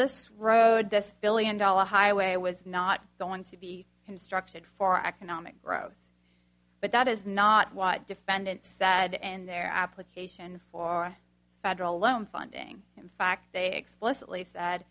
this road this billion dollar highway was not going to be constructed for economic growth but that is not what defendants said and their application for federal loan funding in fact they explicitly sa